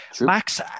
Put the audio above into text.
Max